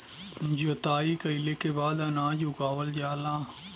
जोताई कइले के बाद अनाज उगावल जाला